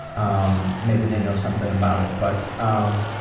um. maybe they know something about it, but, um.